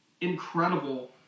incredible